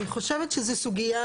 אני חושבת שזו סוגיה,